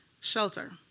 Shelter